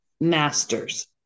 masters